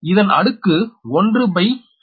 இதன் அடுக்கு 1 பய் 4